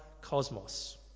cosmos